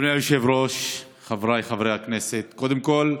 אדוני היושב-ראש, חבריי חברי הכנסת, קודם כול,